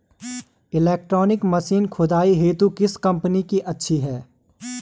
Electronic machine खुदाई हेतु किस कंपनी की अच्छी है?